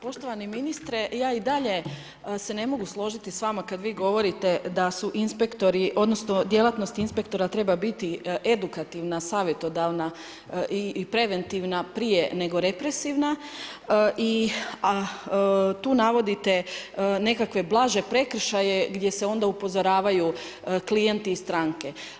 Poštovani ministre, ja i dalje se ne mogu složiti sa vama kad vi govorite da inspektori odnosno djelatnosti inspektora trebaju biti edukativna, savjetodavna i preventivna prije nego prije nego represivna, i tu navodite nekakve blaže prekršaje gdje se onda upozoravaju klijenti i stranke.